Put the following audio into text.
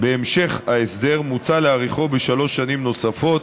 בהמשך ההסדר, מוצע להאריכו בשלוש שנים נוספות,